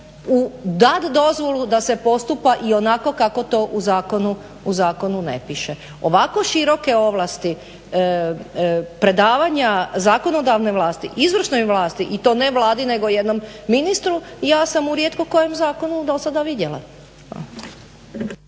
dat dozvolu da se postupa ionako kako to u zakonu ne piše. Ovako široke ovlasti, predavanja zakonodavne vlasti izvršnoj vlasti i to ne Vladi nego jednom ministru ja sam u rijetko kojem zakonu do sada vidjela.